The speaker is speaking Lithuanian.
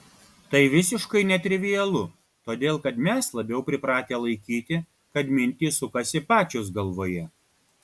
tai visiškai netrivialu todėl kad mes labiau pripratę laikyti kad mintys sukasi pačios galvoje